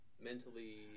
mentally